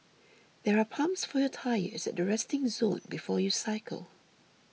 there are pumps for your tyres at the resting zone before you cycle